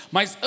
Mas